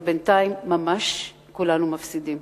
אבל בינתיים ממש כולנו מפסידים.